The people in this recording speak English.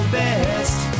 best